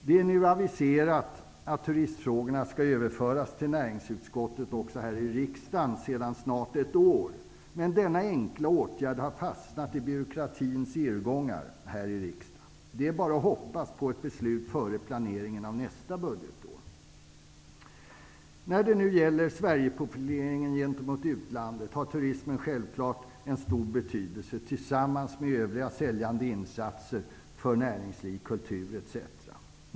Det är sedan snart ett år aviserat att turistfrågorna här i riksdagen skall överföras till näringsutskottet. Men denna enkla åtgärd har fastnat i byråkratins irrgångar här i riksdagen. Det är bara att hoppas på ett beslut före planeringen av nästa budgetår. När det nu gäller Sverigeprofileringen gentemot utlandet har turismen självfallet en stor betydelse, tillsammans med övriga säljande insatser för näringsliv, kultur etc.